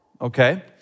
Okay